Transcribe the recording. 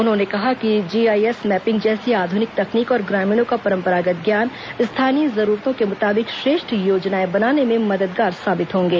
उन्होंने कहा कि जीआईएस मैपिंग जैसी आध्रनिक तकनीक और ग्रामीणों का परंपरागत ज्ञान स्थानीय जरूरतों के मुताबिक श्रेष्ठ योजनाएं बनाने में मददगार साबित होंगे